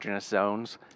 zones